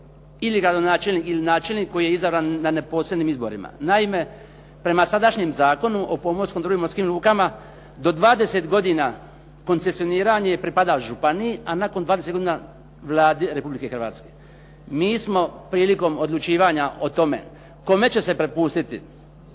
ili gradonačelnik ili načelnik koji je izabran na neposrednim izborima. Naime, prema sadašnjem Zakonu o pomorskim dobrima u svim lukama, do 20 godina koncesioniranje pripada županiji, a nakon 20 godina Vladi Republike Hrvatske. Mi smo prilikom odlučivanja o tome kome će se prepustiti